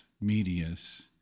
medius